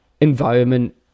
environment